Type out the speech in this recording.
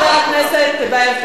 חבר הכנסת טיבייב.